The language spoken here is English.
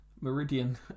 Meridian